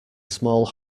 small